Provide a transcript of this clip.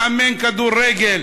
מאמן כדורגל